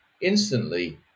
instantly